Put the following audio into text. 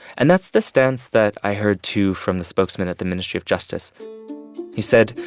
and that's the stance that i heard too from the spokesman at the ministry of justice he said,